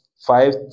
five